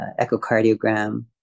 echocardiogram